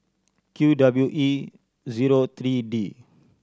Q W E zero three D